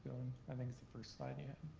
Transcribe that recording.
i think it's the first slide, yeah.